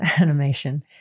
Animation